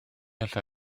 alla